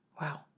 Wow